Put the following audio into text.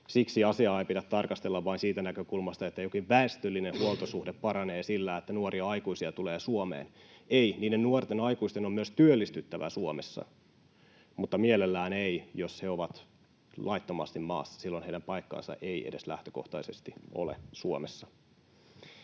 Siksi asiaa ei pidä tarkastella vain siitä näkökulmasta, että jokin väestöllinen huoltosuhde paranee sillä, että nuoria aikuisia tulee Suomeen. Ei, niiden nuorten aikuisten on myös työllistyttävä Suomessa, mutta mielellään ei, jos he ovat laittomasti maassa. Silloin heidän paikkansa ei edes lähtökohtaisesti ole Suomessa.